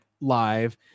live